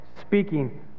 speaking